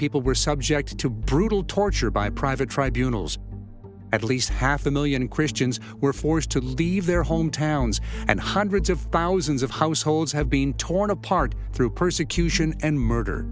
people were subjected to brutal torture by private tribunals at least half a million christians were forced to leave their hometowns and hundreds of thousands of households have been torn apart through persecution and murder